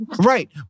Right